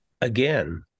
Again